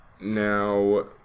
Now